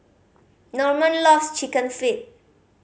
Normand loves Chicken Feet